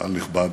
קהל נכבד,